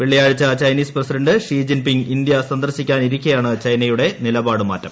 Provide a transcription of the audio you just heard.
വെള്ളിയാഴ്ച Chinese president Xi Jinping India സന്ദർശിക്കാനിരിക്കെയാണ് ചൈനയുടെ നിലപാട് മാറ്റം